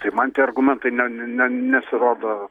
tai man tie argumentai ne ne ne nesirodo